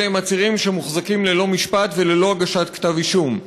אלה הם עצירים שמוחזקים ללא משפט וללא הגשת כתב-אישום.